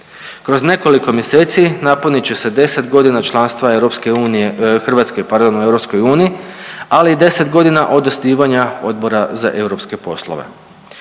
Kroz nekoliko mjeseci napunit će se deset godina članstva EU, Hrvatske pardon u EU ali i 10 godina od osnivanja Odbora za europske poslove.